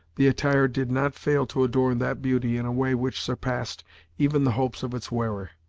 the attire did not fail to adorn that beauty in a way which surpassed even the hopes of its wearer.